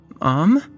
Mom